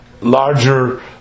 larger